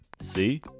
See